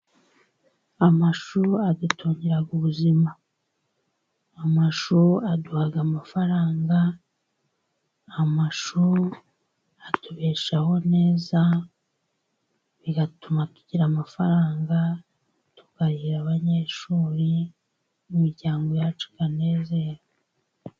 Amashu adutungira ubuzima, amashu aduha amafaranga, amashu atubeshaho neza, bituma tugira amafaranga tukarihira abanyeshuri, imiryango yacu ikanezerwa.